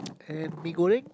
and Mee-goreng